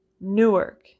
Newark